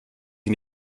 sie